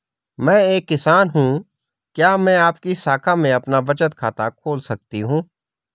मैं एक किसान हूँ क्या मैं आपकी शाखा में अपना बचत खाता खोल सकती हूँ?